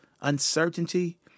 uncertainty